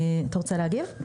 אתה רוצה להגיב?